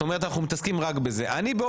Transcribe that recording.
אני,